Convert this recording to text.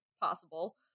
possible